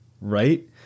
Right